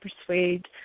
persuade